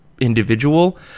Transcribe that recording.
individual